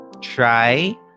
try